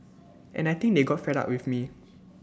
and I think they got fed up with me